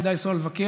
כדאי לו לנסוע לבקר